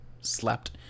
slept